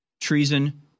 treason